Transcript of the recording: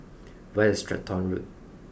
where is Stratton Road